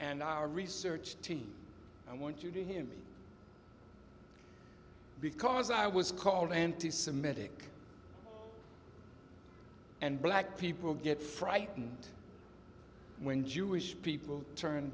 and our research team i want you to hear me because i was called anti semitic and black people get frightened when jewish people turn